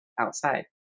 outside